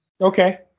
Okay